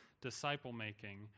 disciple-making